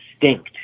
distinct